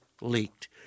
leaked